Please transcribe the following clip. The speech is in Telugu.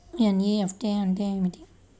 ఎన్.ఈ.ఎఫ్.టీ అంటే ఏమిటీ?